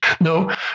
no